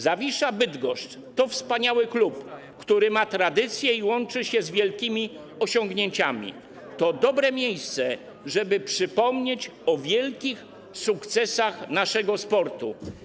Zawisza Bydgoszcz to wspaniały klub, który ma tradycje i łączy się z wielkimi osiągnięciami, to dobre miejsce, żeby przypomnieć o wielkich sukcesach naszego sportu.